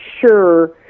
sure